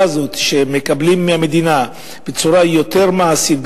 הזאת שמקבלים מהמדינה בצורה יותר מעשית,